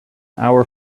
our